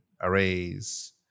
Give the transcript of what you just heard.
arrays